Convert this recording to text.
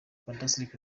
fantastic